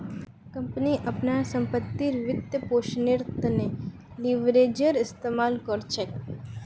company अपनार संपत्तिर वित्तपोषनेर त न लीवरेजेर इस्तमाल कर छेक